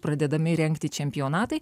pradedami rengti čempionatai